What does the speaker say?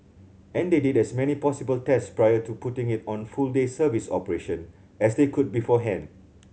and they did as many possible tests prior to putting it on full day service operation as they could beforehand